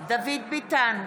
דוד ביטן,